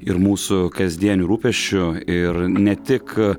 ir mūsų kasdieniu rūpesčiu ir ne tik